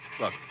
Look